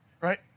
right